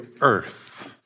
earth